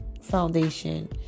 foundation